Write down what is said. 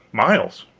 miles.